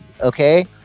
okay